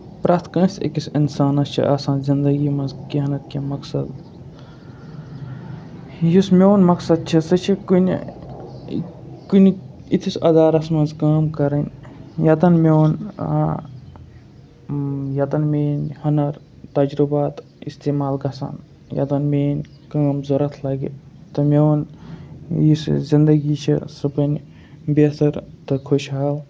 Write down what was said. پرٮ۪تھ کٲنسہِ أکِس اِنسانس چھُ آسان زِندگی منٛز کیٚنہہ نتہٕ کیٚنٛہہ مقصد یُس میون مقصد چھُ سُہ چھُ کُنہِ کُنہِ یِتھِس اِدارَس منٛز کٲم کَرٕنۍ ییٚتٮ۪ن میون آ یوتن میٲنۍ ہُنر تَجرُبات اِستعمال گژھن یوتن میٲنۍ کٲم ضوٚرتھ لَگہِ تہٕ میون یُس یہِ زِندگی چھےٚ سۄ بَنہِ بہتر تہٕ خوش حال